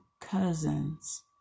cousins